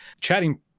chatting